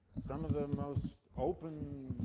some of the most open